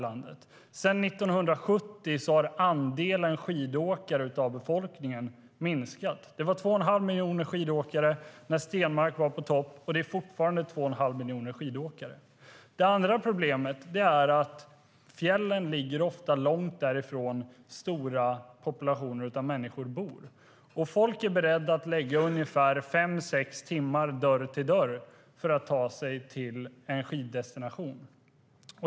Sedan 1970 har andelen skidåkare av befolkningen minskat. Det var två och en halv miljon skidåkare när Stenmark var på topp, och det är fortfarande två och en halv miljon skidåkare. Det andra problemet är att fjällen ofta ligger långt ifrån orter där stora populationer av människor bor. Folk är beredda att lägga ungefär fem sex timmar dörr till dörr för att ta sig till en skiddestination.